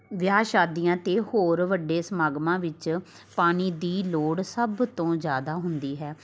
ਵਿਆਹ ਸ਼ਾਦੀਆਂ ਅਤੇ ਹੋਰ ਵੱਡੇ ਸਮਾਗਮਾਂ ਵਿੱਚ ਪਾਣੀ ਦੀ ਲੋੜ ਸਭ ਤੋਂ ਜ਼ਿਆਦਾ ਹੁੰਦੀ ਹੈ